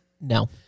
No